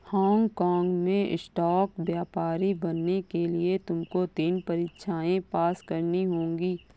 Hong काँग में stock व्यापारी बनने के लिए तुमको तीन परीक्षाएं पास करनी होंगी